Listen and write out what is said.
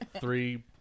three